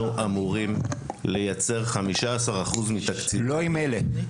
אמורים לייצר 15% מתקציב -- לא עם אלה,